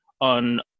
on